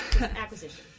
acquisition